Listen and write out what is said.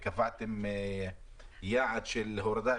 קבעתם יעד של 35% הורדה